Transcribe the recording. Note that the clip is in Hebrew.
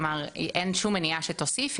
כלומר אין שום מניעה שתוסיף.